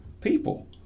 people